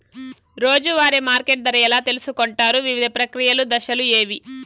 రోజూ వారి మార్కెట్ ధర ఎలా తెలుసుకొంటారు వివిధ ప్రక్రియలు దశలు ఏవి?